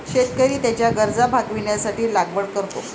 शेतकरी त्याच्या गरजा भागविण्यासाठी लागवड करतो